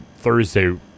Thursday